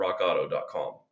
rockauto.com